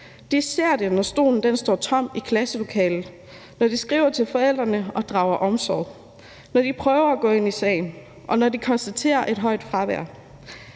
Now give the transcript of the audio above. De ser det, når stolen står tom i klasselokalet; de skriver til forældrene og drager omsorg. Så de prøver at gå ind i sagen, når de konstaterer et højt fravær.